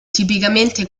tipicamente